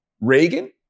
Reagan